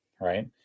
right